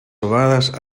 ovadas